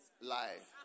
life